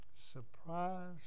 Surprise